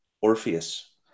Orpheus